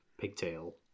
pigtail